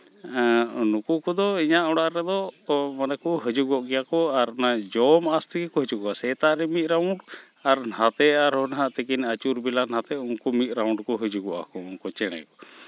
ᱱᱩᱠᱩ ᱠᱚᱫᱚ ᱤᱧᱟᱹᱜ ᱚᱲᱟᱜ ᱨᱮᱫᱚ ᱠᱚ ᱢᱟᱱᱮ ᱠᱚ ᱦᱤᱡᱩᱜᱚᱜ ᱜᱮᱭᱟ ᱠᱚ ᱟᱨ ᱚᱱᱟ ᱡᱚᱢ ᱟᱥᱛᱮᱛᱮ ᱠᱚ ᱦᱤᱡᱩᱜᱼᱟ ᱥᱮᱛᱟᱜ ᱨᱮ ᱢᱤᱫ ᱨᱟᱣᱩᱱᱰ ᱱᱟᱛᱮ ᱟᱨᱦᱚᱸ ᱦᱟᱸᱜ ᱛᱤᱠᱤᱱ ᱟᱹᱪᱩᱨ ᱵᱮᱞᱟ ᱦᱟᱸᱜ ᱱᱚᱛᱮ ᱩᱱᱠᱩ ᱢᱤᱫ ᱨᱟᱣᱩᱱᱰ ᱠᱚ ᱦᱤᱡᱩᱜᱚᱜᱼᱟ ᱠᱚ ᱩᱱᱠᱩ ᱪᱮᱬᱮ